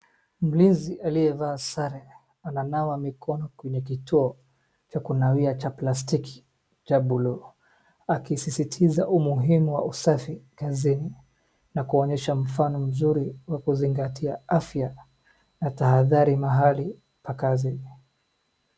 Mlinzi aliyevaa sare ananawa mikono kwenye kituo cha kunawia cha plastiki cha blue , akisisitiza umuhimu wa usafi kazini na kuonyesha mfano mzuri wa kuzingatia afya na tahadhari mahali pa kazi.